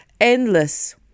Endless